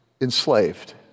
enslaved